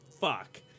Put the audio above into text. fuck